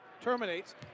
terminates